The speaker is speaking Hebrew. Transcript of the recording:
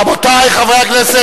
למה הסכמת?